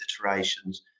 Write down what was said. iterations